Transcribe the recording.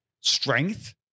strength